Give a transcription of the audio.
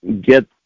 get